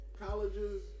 colleges